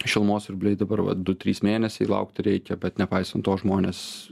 šilumos siurbliai dabar vat du trys mėnesiai laukti reikia bet nepaisant to žmonės